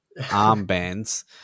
armbands